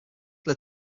led